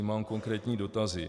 Mám konkrétní dotazy.